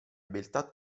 beltà